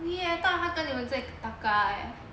eh I thought 他跟你们在 taka eh